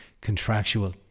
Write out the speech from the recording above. contractual